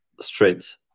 straight